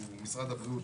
שהוא משרד הבריאות,